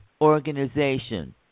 organization